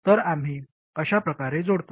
तर आम्ही अशा प्रकारे जोडतो